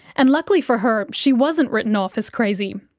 and luckily for her, she wasn't written off as crazy.